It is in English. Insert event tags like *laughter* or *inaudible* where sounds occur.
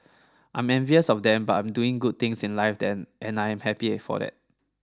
I'm envious of them but I'm doing good things in life *noise* and I am happy for that